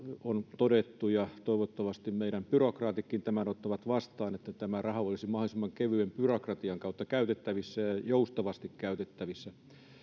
on todettu toivottavasti meidän byrokraatitkin tämän ottavat vastaan että tämä raha olisi mahdollisimman kevyen byrokratian kautta ja joustavasti käytettävissä